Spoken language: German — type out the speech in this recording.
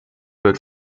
wird